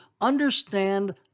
understand